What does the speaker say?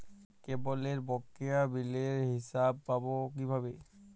কেবলের বকেয়া বিলের হিসাব পাব কিভাবে?